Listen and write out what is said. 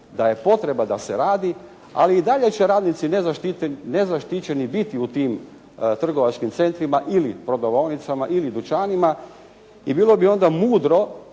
da je potreba da se radi, ali i dalje će radnici nezaštićeni biti u tim trgovačkim centrima ili prodavaonicama ili dućanima i bilo bi onda mudro